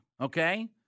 okay